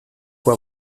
pour